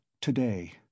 today